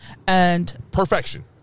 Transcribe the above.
Perfection